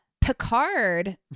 Picard